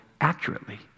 accurately